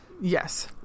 Yes